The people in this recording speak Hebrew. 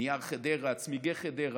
נייר חדרה, צמיגי חדרה,